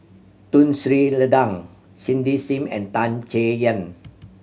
Tun Sri Lanang Cindy Sim and Tan Chay Yan